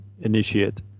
initiate